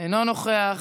אינו נוכח,